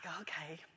okay